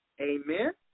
Amen